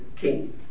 king